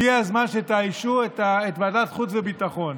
הגיע הזמן שתאיישו את ועדת החוץ והביטחון.